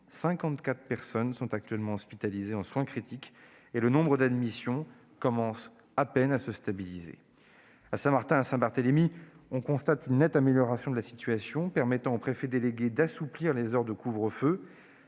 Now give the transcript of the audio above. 54 personnes sont actuellement hospitalisées en soins critiques, et le nombre d'admissions commence à peine à se stabiliser. À Saint-Martin et à Saint-Barthélemy, on constate une nette amélioration de la situation, qui permet au préfet délégué d'assouplir le couvre-feu.